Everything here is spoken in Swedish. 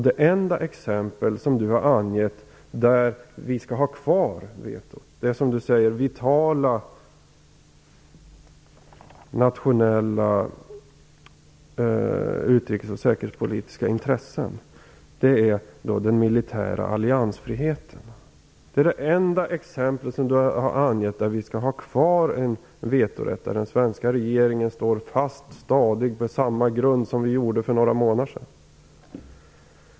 Det enda exempel på frågor där vi skall ha kvar vetot som Lena Hjelm Wallén har angett vad gäller vitala nationella utrikesoch säkerhetspolitiska intressen är den militära alliansfriheten. Det är det enda exempel på område där vi skall behålla vetorätten och där den svenska regeringen står fast och stadigt på samma grund som man gjorde för några månader sedan.